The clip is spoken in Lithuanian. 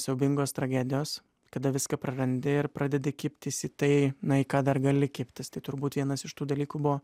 siaubingos tragedijos kada viską prarandi ir pradedi kibtis į tai nu jei ką dar gali kibtis tai turbūt vienas iš tų dalykų buvo